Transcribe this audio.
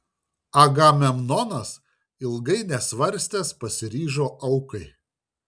agamemnonas ilgai nesvarstęs pasiryžo aukai